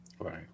Right